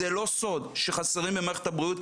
זה לא סוד שחסרים במערכת הבריאות,